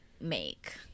make